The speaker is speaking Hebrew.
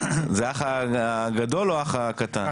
זה האח הגדול או האח הקטן?